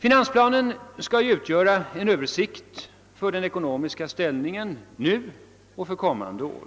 Finansplanen skall ju utgöra en Översikt över den ekonomiska ställningen nu och under kommande år.